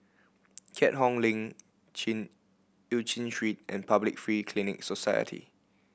Keat Hong Link Chin Eu Chin Street and Public Free Clinic Society